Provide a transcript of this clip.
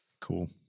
Cool